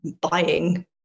buying